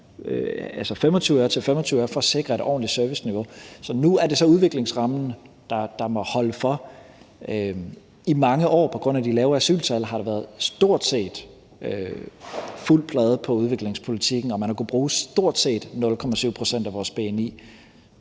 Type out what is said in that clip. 25 øre til 25 øre for at sikre et ordentligt serviceniveau. Så nu er det så udviklingsrammen, der må holde for. I mange år har der på grund af det lave asyltal været stort set fuld plade på udviklingspolitikken, og man har kunnet bruge stort set 0,7 pct. af vores bni.